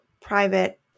private